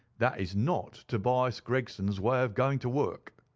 that is not tobias gregson's way of going to work.